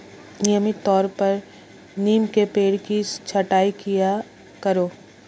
नियमित तौर पर नीम के पेड़ की छटाई किया करो